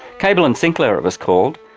kable and sinclair it was called.